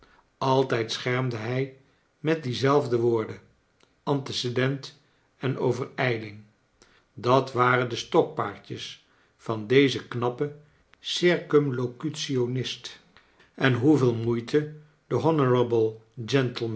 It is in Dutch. altijd schermde bij met die zelfde woorden antecedent en overijling dat waxen de stokpaardjes van dezen knappen circumlocutionist en hoeveel moeite de